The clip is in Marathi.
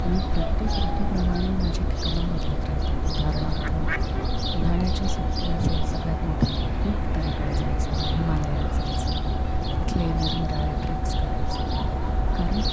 त्यामुळे प्रत्येक ऋतूप्रमाणे माझी ठिकाणं बदलत राहतात उदाहरणार्थ उन्हाळ्याची सुट्टी असेल सगळ्यात मोठी की उत्तरेकडे जायचं हिमालयात जायचं तिथले निरनिराळे ट्रेक्स करायचे कारण